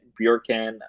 Bjorken